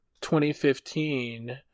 2015